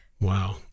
Wow